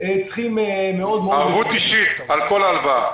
אנחנו צריכים מאוד מאוד --- ערבות אישית על כל ההלוואה.